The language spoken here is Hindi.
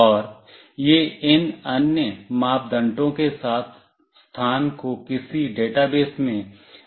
और यह इन अन्य मापदंडों के साथ स्थान को किसी डेटाबेस में अपलोड कर देगा